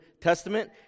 Testament